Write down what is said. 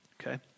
Okay